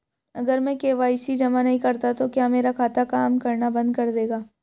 अगर मैं के.वाई.सी जमा नहीं करता तो क्या मेरा खाता काम करना बंद कर देगा?